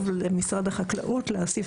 ייצור נאותים"